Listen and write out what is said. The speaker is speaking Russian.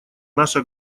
наша